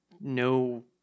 no